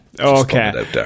Okay